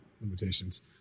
limitations